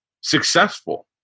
successful